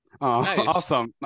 awesome